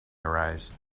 arise